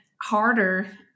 harder